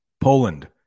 poland